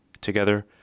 Together